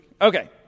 Okay